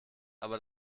aber